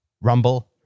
Rumble